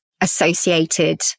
associated